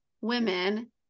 women